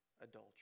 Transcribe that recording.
adultery